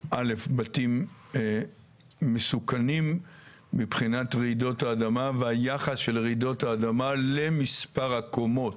בתים מסוכנים מבחינת רעידות האדמה והיחס של רעידות האדמה למספר הקומות.